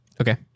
Okay